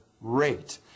rate